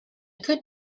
could